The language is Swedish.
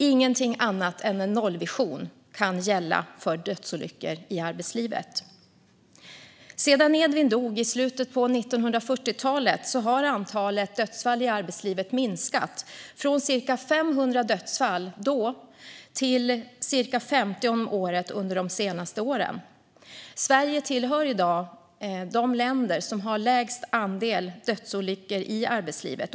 Ingenting annat än en nollvision kan gälla för dödsolyckor i arbetslivet. Sedan Edvin dog i slutet av 1940-talet har antalet dödsfall i arbetslivet minskat från ca 500 dödsfall då till ca 50 om året under de senaste åren. Sverige tillhör i dag de länder som har den lägsta andelen dödsolyckor i arbetslivet.